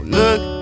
Look